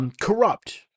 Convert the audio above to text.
corrupt